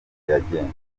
yagenze